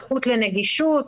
זכות לנגישות.